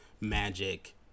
magic